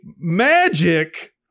magic